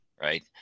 right